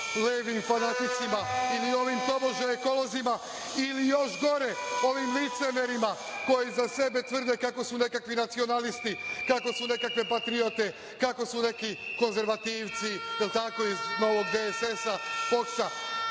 levim fanaticima ili ovim tobože ekolozima ili, još gore, ovim licemerima koji za sebe tvrde kako su nekakvi nacionalisti, kako su nekakve patriote, kako su neki konzervativci iz novog DSS-a,